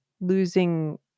losing